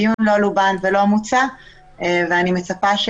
הדיון לא לובן ולא מוצה ואני מצפה,